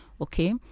okay